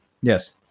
Yes